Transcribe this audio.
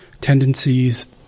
tendencies